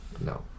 No